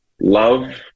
love